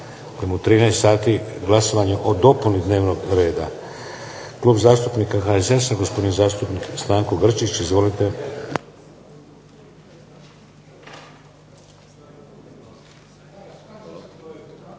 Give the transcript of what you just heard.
U 13 sati glasovanje o dopuni dnevnog reda. Klub zastupnika HSS-a, gospodin zastupnik Stanko Grčić. Izvolite.